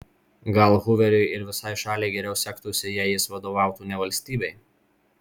gal huveriui ir visai šaliai geriau sektųsi jei jis vadovautų ne valstybei